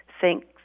thanks